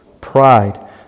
pride